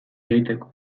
egiteko